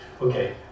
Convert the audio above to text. Okay